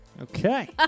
okay